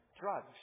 drugs